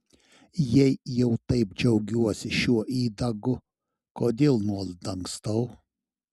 jei jau taip didžiuojuosi šiuo įdagu kodėl nuolat dangstau